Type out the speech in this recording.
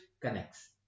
connects